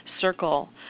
circle